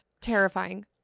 Terrifying